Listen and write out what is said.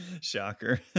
shocker